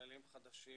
כללים חדשים,